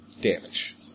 damage